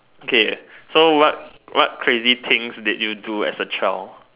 okay so what what crazy things did you do as a child